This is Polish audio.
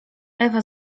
ewa